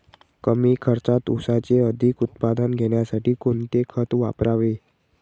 कमी खर्चात ऊसाचे अधिक उत्पादन घेण्यासाठी कोणते खत वापरावे?